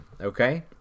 okay